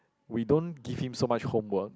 we don't give him so much homework